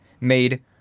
made